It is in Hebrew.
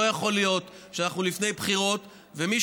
לא יכול להיות שאנחנו לפני בחירות ומי